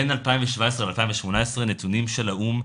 בין 2017 ל-2018, נתונים של האו"ם: